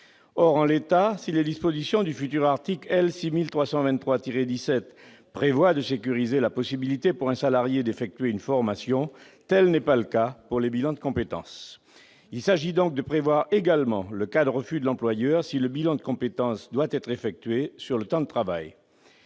Or, en l'état, si les dispositions du futur article L. 6323-17 du code du travail prévoient de sécuriser la possibilité pour un salarié d'effectuer une formation, tel n'est pas le cas pour les bilans de compétences. Il s'agit donc de viser également les cas de refus de l'employeur si le bilan de compétences doit être effectué sur le temps de travail.